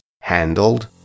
handled